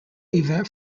event